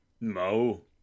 No